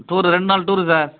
tour ரெண்டு நாள் tour sir